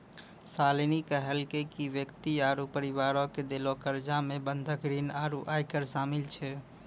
शालिनी कहलकै कि व्यक्ति आरु परिवारो के देलो कर्जा मे बंधक ऋण आरु आयकर शामिल छै